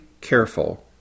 careful